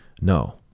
no